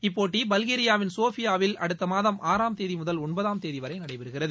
இப்போட்டி பல்கேரியாவின் சோஃபியாவில் அடுத்த மாதம் ஆறாம் தேதி முதல் ஒன்பதாம் தேதி வரை நடைபெறுகிறது